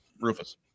Rufus